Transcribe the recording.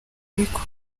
ariko